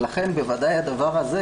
ולכן בוודאי הדבר הזה,